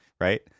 right